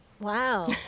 Wow